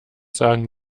sagen